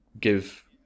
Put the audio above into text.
give